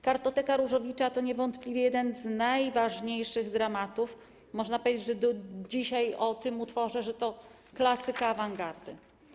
Kartoteka” Różewicza to niewątpliwie jeden z najważniejszych dramatów, można powiedzieć do dzisiaj o tym utworze, że to klasyka awangardy.